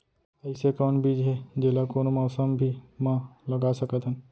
अइसे कौन बीज हे, जेला कोनो मौसम भी मा लगा सकत हन?